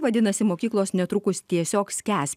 vadinasi mokyklos netrukus tiesiog skęs